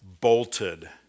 bolted